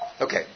Okay